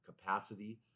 capacity